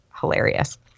hilarious